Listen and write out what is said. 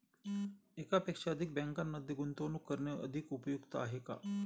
एकापेक्षा अधिक बँकांमध्ये गुंतवणूक करणे अधिक उपयुक्त आहे का?